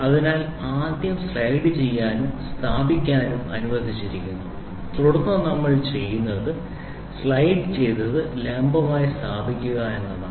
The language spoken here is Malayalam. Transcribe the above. അതിനാൽ ആദ്യം സ്ലൈഡുചെയ്യാനും സ്ഥാപിക്കാനും അനുവദിച്ചിരിക്കുന്നു തുടർന്ന് നമ്മൾ ചെയ്യുന്നത് സ്ലൈഡ് ചെയ്ത് ലംബമായി സ്ഥാപിക്കുക എന്നതാണ്